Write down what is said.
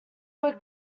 were